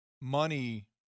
money –